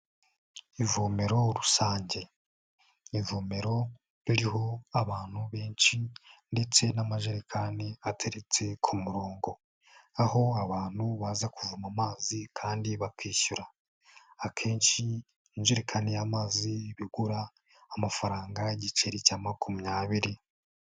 Ivomero rusange ni ivomero ririho abantu benshi ndetse n'amajerekani ateretse ku murongo. Aho abantu baza kuvoma amazi kandi bakishyura. Akenshi injerekani y'amazi iba igura amafaranga igiceri cya makumyabiri.